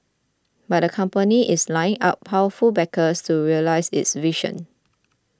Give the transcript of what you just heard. but the company is lining up powerful backers to realise its vision